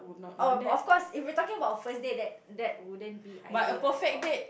oh of course if you are talking about first date that that wouldn't be ideal at all